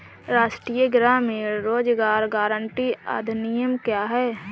राष्ट्रीय ग्रामीण रोज़गार गारंटी अधिनियम क्या है?